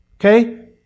Okay